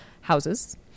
houses